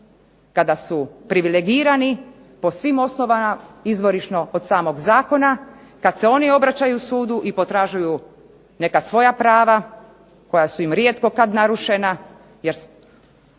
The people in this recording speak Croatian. Kada su privilegirani po svim osnovama izvorišno od samog zakona, kada se oni obraćaju sudu i potražuju neka svoja prava koja su im rijetko kada narušena, jer